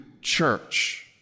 church